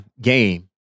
game